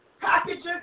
packages